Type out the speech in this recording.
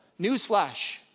Newsflash